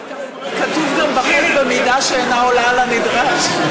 כתוב גם בחוק: במידה שאינה עולה על הנדרש.